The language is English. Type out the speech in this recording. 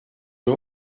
you